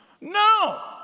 No